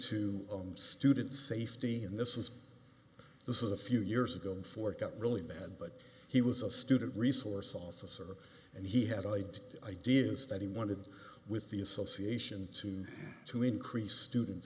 to students safety in this is this is a few years ago before it got really bad but he was a student resource officer and he had ideas ideas that he wanted with the association to to increase student